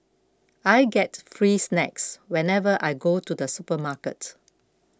I get free snacks whenever I go to the supermarket